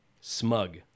smug